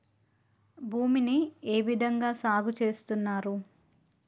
భూమిని ఏ విధంగా సాగు చేస్తున్నారు?